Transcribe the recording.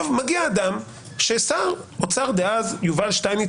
מגיע אדם ששר האוצר דאז יובל שטייניץ